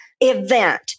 event